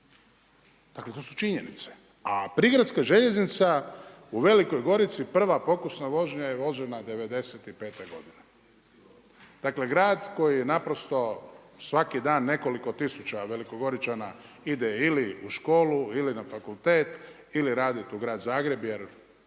Dakle to su činjenice. A prigradska željeznica u Velikoj Gorici, prva pokusna vožnja je vožena '95. godine. Dakle grada koji naprosto svaki dan nekoliko tisuća velikogoričana ide ili u školu ili na fakultet ili raditi u grad Zagreb jer